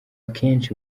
kenshi